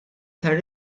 tar